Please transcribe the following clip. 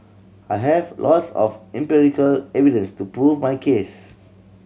I have lots of empirical evidence to prove my case